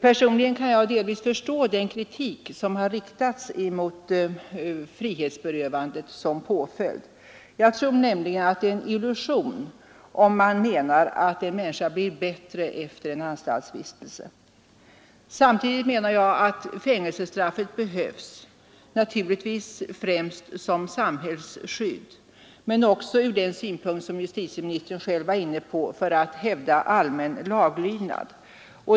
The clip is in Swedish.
Personligen kan jag delvis förstå den kritik som riktats mot frihetsberövande som påföljd. Enligt min mening är det nämligen en illusion att tro att en människa blir bättre efter en anstaltsvistelse. Samtidigt menar jag att fängelsestraffet behövs, naturligtvis främst som samhällsskydd men också — som även justitieministern var inne på — för att hävda allmän laglydnad.